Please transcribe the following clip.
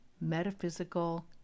metaphysical